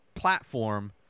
platform